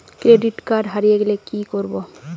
Credit card হারিয়ে গেলে কি করব?